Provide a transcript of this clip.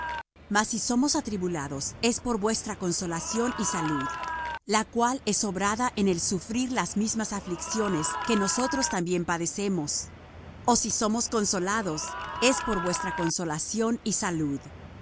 mas si somos atribulados es por vuestra consolación y salud la cual es obrada en el sufrir las mismas aflicciones que nosotros también padecemos ó si somos consolados es por vuestra consolación y salud